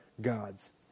God's